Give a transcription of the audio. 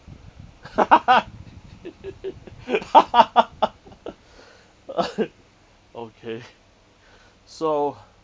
okay so